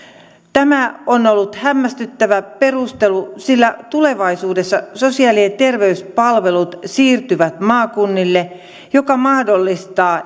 tämä on ollut hämmästyttävä perustelu sillä tulevaisuudessa sosiaali ja terveyspalvelut siirtyvät maakunnille mikä mahdollistaa